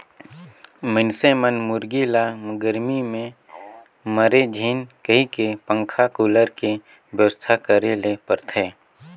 मइनसे मन मुरगी ल गरमी में मरे झेन कहिके पंखा, कुलर के बेवस्था करे ले परथे